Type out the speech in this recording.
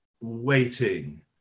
waiting